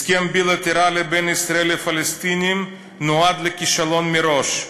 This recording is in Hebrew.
הסכם בילטרלי בין ישראל לפלסטינים נועד לכישלון מראש.